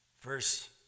Verse